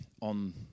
on